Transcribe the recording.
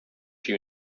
you